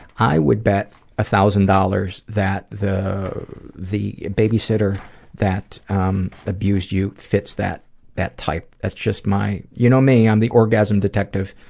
i would bet a thousand dollars that the the babysitter that um abused you fits that that type. that's just my you know me, i'm the orgasm detective.